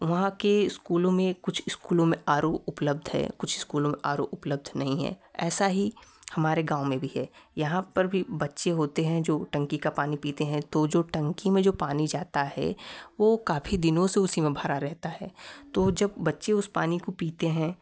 वहाँ के स्कूलों में कुछ स्कूलों में आर ओ उपलब्ध है कुछ स्कूलों में आर ओ उपलब्ध नहीं है ऐसा ही हमारे गाँव में भी है यहाँ पर भी बच्चे होते हैं जो टंकी का पानी पीते हैं तो जो टंकी में जो पानी जाता है वह काफ़ी दिनों से उसी में भरा रहता है तो जब बच्चे उस पानी को पीते हैं